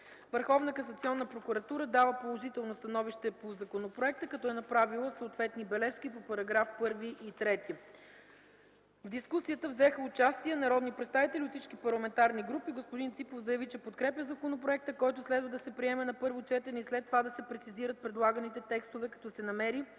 Върховна касационна прокуратура дава положително становище по законопроекта, като е направила съответни бележки по параграфи 1 и 3. В дискусията взеха участие народни представители от всички парламентарни групи. Господин Красимир Ципов заяви, че подкрепя законопроекта, който следва да се приеме на първо четене и след това да се прецизират предлаганите текстове, като се намери